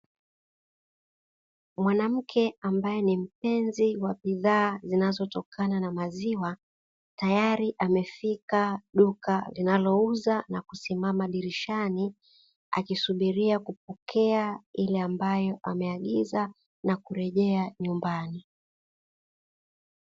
Mwanamke ambaye ni mpenzi wa bidhaa zinazotokana na maziwa, tayari amefika duka linalouza na kusimama dirishani akisubiria kupokea ile ambayo amaeagiza na kurejea nyumbani.